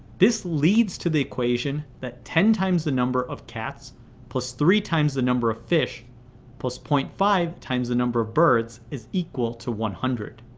this leads to the equation that ten times the number of cats plus three times the number of fish plus point five times the number of birds is equal to one hundred.